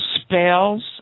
Spells